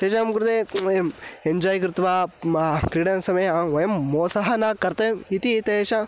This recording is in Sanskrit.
तेषां कृते वयं एन्जाय् कृत्वा मा क्रीडनसमये वयं मोसः न कर्तव्यं इति तेषां